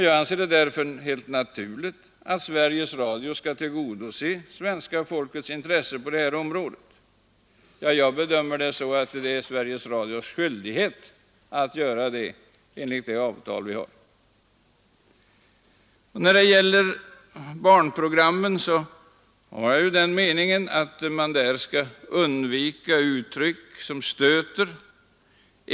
Jag anser det därför helt naturligt att Sveriges Radio skall tillgodose svenska folkets intressen på dessa områden. Jag bedömer det t.o.m. så att det är Sveriges Radios skyldighet att göra det enligt det avtal vi har. När det gäller barnprogrammen har jag den meningen, att man däri skall undvika uttryck som stöter.